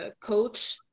coach